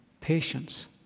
patience